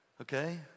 Okay